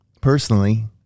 personally